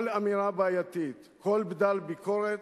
כל אמירה בעייתית, כל בדל ביקורת,